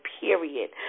period